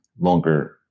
longer